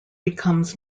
becomes